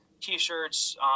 t-shirts